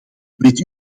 weet